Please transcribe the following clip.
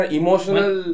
emotional